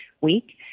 week